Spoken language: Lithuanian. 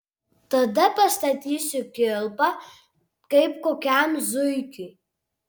tada pastatysiu kilpą kaip kokiam zuikiui